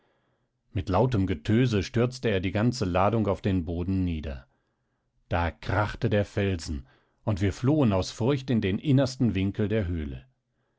mit lautem getöse stürzte er die ganze ladung auf den boden nieder da krachte der felsen und wir flohen aus furcht in den innersten winkel der höhle